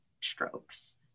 strokes